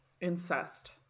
Incest